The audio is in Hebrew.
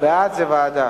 בעד זה ועדה.